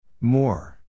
More